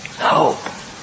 hope